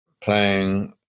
playing